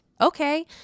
Okay